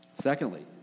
Secondly